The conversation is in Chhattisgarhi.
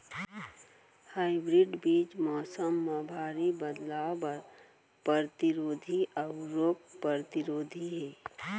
हाइब्रिड बीज मौसम मा भारी बदलाव बर परतिरोधी अऊ रोग परतिरोधी हे